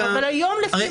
אבל היום לפי